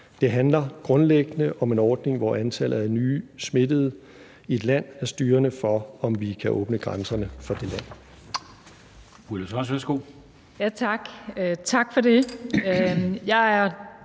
Det handler grundlæggende om en ordning, hvor antallet af nye smittede i et land er styrende for, om vi kan åbne grænserne for det land.